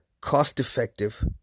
cost-effective